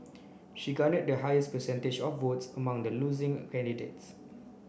she garnered the highest percentage of votes among the losing candidates